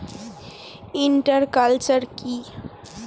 Inter culture কি?